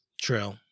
True